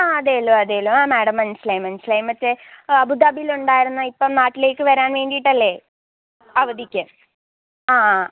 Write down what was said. ആ അതെ അല്ലോ അതെ അല്ലോ ആ മാഡം മനസ്സിലായി മനസ്സിലായി മറ്റേ അബുദാബിലുണ്ടായിരുന്ന ഇപ്പം നാട്ടിലേക്ക് വരാന് വേണ്ടിയിട്ടല്ലേ അവധിക്ക് ആ ആ